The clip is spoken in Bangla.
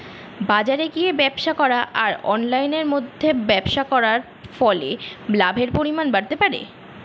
বাজারে গিয়ে ব্যবসা করা আর অনলাইনের মধ্যে ব্যবসা করার ফলে লাভের পরিমাণ বাড়তে পারে?